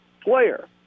player